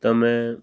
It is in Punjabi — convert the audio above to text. ਤਾਂ ਮੈਂ